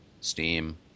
Steam